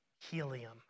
helium